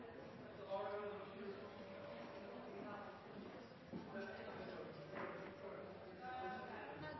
vært før. For